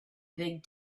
big